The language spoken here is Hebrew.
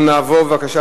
אנחנו נעבור בבקשה,